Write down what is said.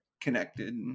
connected